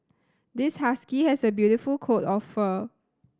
this husky has a beautiful coat of fur